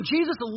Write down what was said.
Jesus